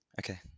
Okay